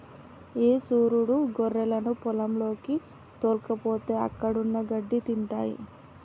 ఈ సురీడు గొర్రెలను పొలంలోకి తోల్కపోతే అక్కడున్న గడ్డి తింటాయి